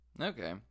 Okay